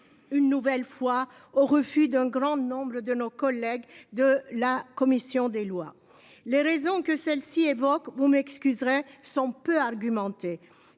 Une nouvelle fois au refus d'un grand nombre de nos collègues de la commission des lois. Les raisons que celles-ci évoque, vous m'excuserai sont peu argumentée.